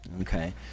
okay